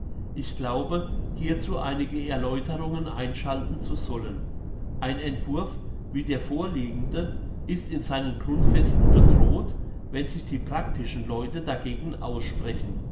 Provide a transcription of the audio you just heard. ich glaube hierzu einige erläuterungen einschalten zu sollen ein entwurf wie der vorliegende ist in seinen grundfesten bedroht wenn sich die praktischen leute dagegen aussprechen